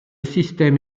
système